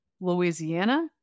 Louisiana